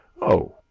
Oh